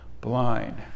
blind